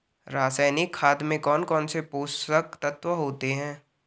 रासायनिक खाद में कौन कौन से पोषक तत्व होते हैं?